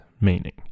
meaning